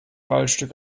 waldstück